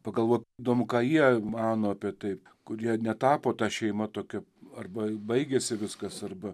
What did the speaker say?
pagalvoju įdomu ką jie mano apie taip kur jie netapo ta šeima tokia arba baigiasi viskas arba